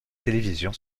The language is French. télévision